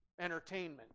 entertainment